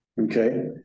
Okay